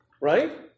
right